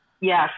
Yes